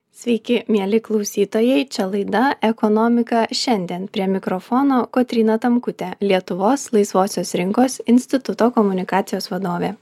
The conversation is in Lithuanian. sveiki mieli klausytojai čia laida ekonomika šiandien prie mikrofono kotryna tamkutė lietuvos laisvosios rinkos instituto komunikacijos vadovė